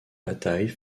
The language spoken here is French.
bataille